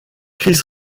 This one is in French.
chris